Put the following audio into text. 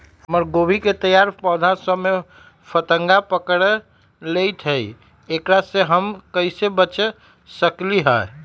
हमर गोभी के तैयार पौधा सब में फतंगा पकड़ लेई थई एकरा से हम कईसे बच सकली है?